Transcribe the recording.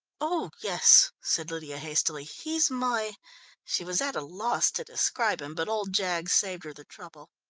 oh, yes, said lydia hastily, he's my she was at a loss to describe him, but old jaggs saved her the trouble.